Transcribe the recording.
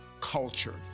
culture